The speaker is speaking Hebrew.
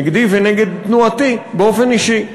נגדי ונגד תנועתי באופן אישי.